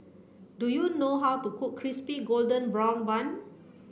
do you know how to cook crispy golden brown bun